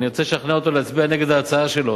אני רוצה לשכנע אותו להצביע נגד ההצעה שלו.